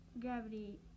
gravity